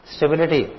Stability